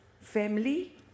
family